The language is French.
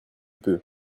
peux